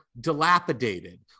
dilapidated